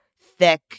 thick